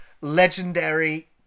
legendary